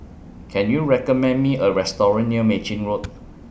Can YOU recommend Me A Restaurant near Mei Chin Road